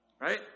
Right